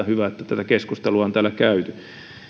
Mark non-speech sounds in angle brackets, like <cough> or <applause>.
<unintelligible> hyvä että tätä keskustelua on täällä käyty